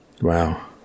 wow